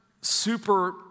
super